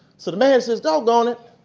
so the man says, dog gone it,